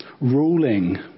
ruling